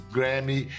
Grammy